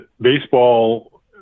baseball